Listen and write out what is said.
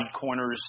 corners –